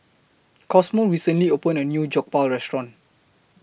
Cosmo recently opened A New Jokbal Restaurant